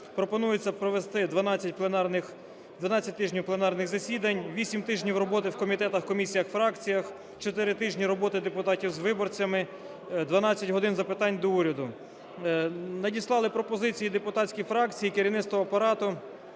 Пропонується провести 12 пленарних… 12 тижнів пленарних засідань, 8 тижнів роботи в комітетах, комісіях, фракціях, 4 тижні роботи депутатів з виборцями, 12 "годин запитань до Уряду". Надіслали пропозиції депутатські фракції і керівництво Апарату